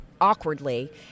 awkwardly